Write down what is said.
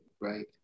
Right